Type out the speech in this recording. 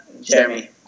Jeremy